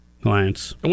clients